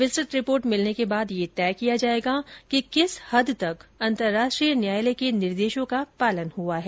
विस्तृत रिपोर्ट मिलने के बाद यह तय किया जाएगा कि किस हद तक अंतरराष्ट्रीय न्यायालय के निर्देशो का पालन हुआ है